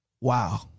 wow